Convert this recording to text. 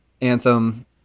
anthem